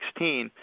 2016